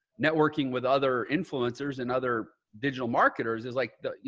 networking with other influencers and other digital marketers is like the, you